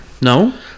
No